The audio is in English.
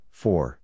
four